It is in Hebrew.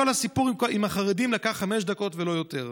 כל הסיפור עם החרדים לקח חמש דקות ולא יותר.